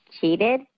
cheated